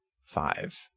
five